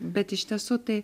bet iš tiesų tai